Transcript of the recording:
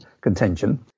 contention